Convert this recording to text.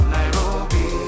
Nairobi